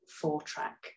four-track